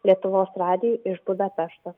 lietuvos radijui iš budapešto